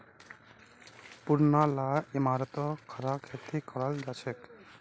पुरना ला इमारततो खड़ा खेती कराल जाछेक